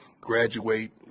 graduate